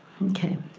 okay.